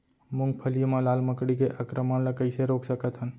मूंगफली मा लाल मकड़ी के आक्रमण ला कइसे रोक सकत हन?